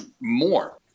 more